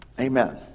amen